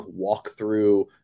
walkthrough